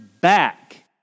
back